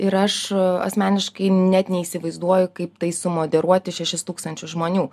ir aš asmeniškai net neįsivaizduoju kaip tai sumoderuoti šešis tūkstančius žmonių